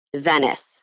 Venice